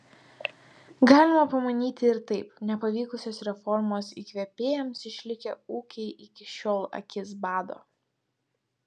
galima pamanyti ir taip nepavykusios reformos įkvėpėjams išlikę ūkiai iki šiol akis bado